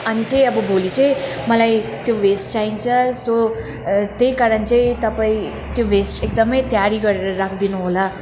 अनि चाहिँ अब भोलि चाहिँ मलाई त्यो भेस्ट चाहिन्छ सो त्यही कारण चाहिँ तपाईँ त्यो भेस्ट एकदमै तयारी गरेर राखिदिनु होला